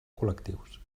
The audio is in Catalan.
col·lectius